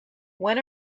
when